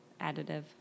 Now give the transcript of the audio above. additive